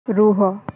ରୁହ